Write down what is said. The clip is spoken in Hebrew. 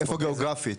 איפה גאוגרפית?